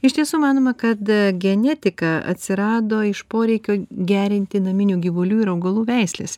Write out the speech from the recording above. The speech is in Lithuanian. iš tiesų manoma kad genetika atsirado iš poreikio geriantį naminių gyvulių ir augalų veisles